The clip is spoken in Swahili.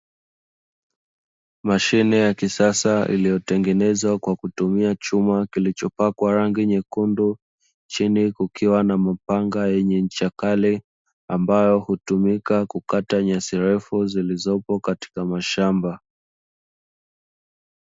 Mashine ya kisasa iliyotengenezwa kwa kutumia chuma kilichopakwa rangi nyekundu, chini kukiwa kuna mapanga yenye ncha kali, ambayo hutumika kukata nyasi refu zilizopo katika mashamba.